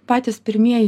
patys pirmieji